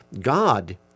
God